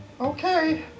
Okay